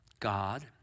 God